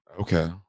Okay